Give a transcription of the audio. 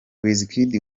wizkid